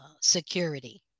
security